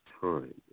time